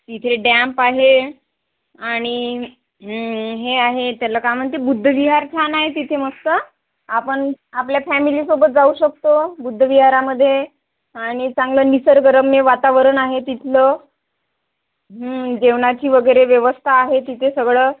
तिथे डॅम्प आहे आणि हे आहे त्याला काय म्हणते बुद्धविहार छान आहे तिथे मस्त आपण आपल्या फॅमिलीसोबत जाऊ शकतो बुद्धविहारामध्ये आणि चांगलं निसर्गरम्य वातावरण आहे तिथलं जेवणाची वगैरे व्यवस्था आहे तिथे सगळं